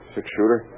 Six-shooter